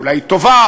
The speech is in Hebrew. אולי היא טובה,